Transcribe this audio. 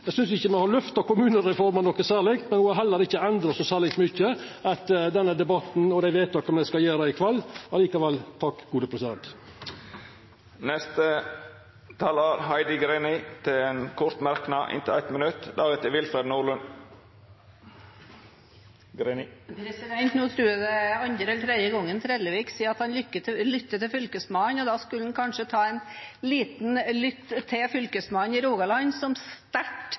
Eg synest ikkje me har løfta kommunereforma noko særleg, men ho kjem heller ikkje til å endra seg særleg mykje etter denne debatten og etter dei vedtaka me skal gjera i kveld. Likevel: takk! Representanten Heidi Greni har hatt ordet to gonger tidlegare og får ordet til ein kort merknad, avgrensa til 1 minutt. Nå tror jeg det er andre eller tredje gangen at Trellevik sier at han lytter på Fylkesmannen, men da skulle han kanskje ha lyttet litt på fylkesmannen i Rogaland, som sterkt